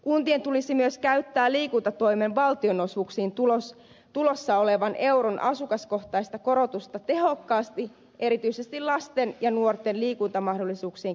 kuntien tulisi myös käyttää liikuntatoimen valtionosuuksiin tulossa olevaa euron asukaskohtaista korotusta tehokkaasti erityisesti lasten ja nuorten liikuntamahdollisuuksien kehittämiseen